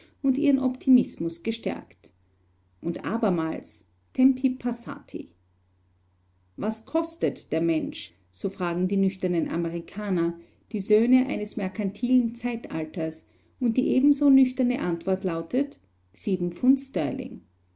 und ihren optimismus gestärkt und abermals tempi passati was kostet der mensch so fragen die nüchternen amerikaner die söhne eines merkantilen zeitalters und die ebenso nüchterne antwort lautet